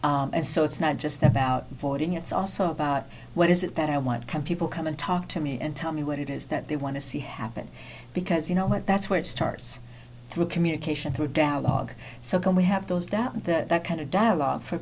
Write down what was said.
heard and so it's not just about voting it's also about what is it that i want compete will come and talk to me and tell me what it is that they want to see happen because you know what that's where it starts through communication through doubt log so can we have those down and that kind of dialogue for